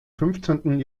fünfzehnten